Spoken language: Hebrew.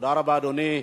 תודה רבה, אדוני.